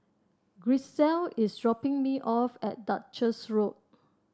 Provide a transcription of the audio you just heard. Gisselle is dropping me off at Duchess Road